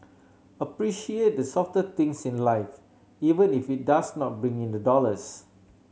appreciate the softer things in life even if it does not bring in the dollars